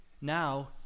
Now